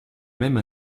même